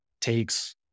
takes